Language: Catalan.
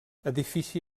edifici